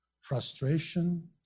frustration